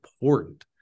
important